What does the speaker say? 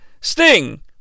Sting